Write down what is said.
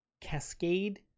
cascade